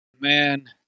man